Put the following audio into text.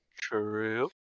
true